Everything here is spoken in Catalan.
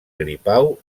gripau